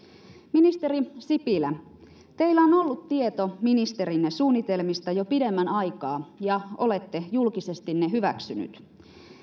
ministeri sipilä teillä on on ollut tieto ministerinne suunnitelmista jo pidemmän aikaa ja olette julkisesti ne hyväksynyt